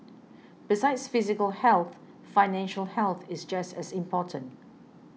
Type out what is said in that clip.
besides physical health financial health is just as important